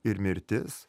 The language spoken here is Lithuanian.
ir mirtis